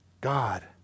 God